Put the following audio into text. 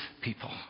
people